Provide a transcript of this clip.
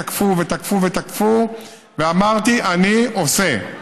תקפו ותקפו ותקפו ואמרתי: אני עושה.